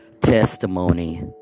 Testimony